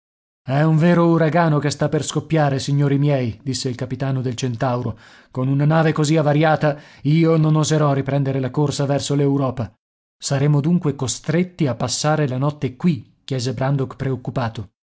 è un vero uragano che sta per scoppiare signori miei disse il capitano del centauro con una nave così avariata io non oserò riprendere la corsa verso l'europa saremo dunque costretti a passare la notte qui chiese brandok preoccupato